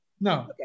No